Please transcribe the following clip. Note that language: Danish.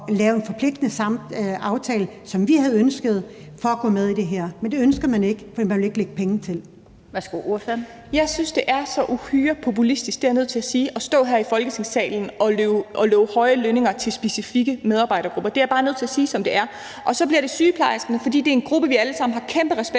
lave en forpligtende aftale, som vi havde ønsket, for at gå med i det her. Men det ønsker man ikke, for man vil ikke lægge penge til. Kl. 16:25 Den fg. formand (Annette Lind): Værsgo til ordføreren. Kl. 16:25 Mette Abildgaard (KF): Jeg synes, det er så uhyre populistisk, det er jeg nødt til at sige, at stå her i Folketingssalen og love høje lønninger til specifikke medarbejdergrupper. Jeg er bare nødt til at sige det, som det er. Og så bliver det sygeplejerskerne, fordi det er en gruppe, vi alle sammen har kæmpe respekt